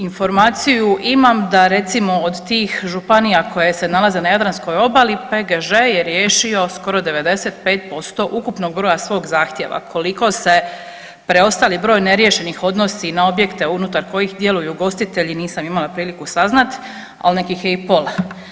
Informaciju imam da, recimo, od tih županija koje se nalaze na Jadranskog obali PGŽ je riješio skoro 95% ukupnog broja svog zahtjeva, koliko se preostali broj neriješenih odnosi na objekte unutar kojih djeluju ugostitelji, nisam imala priliku saznati, al nek ih je i pola.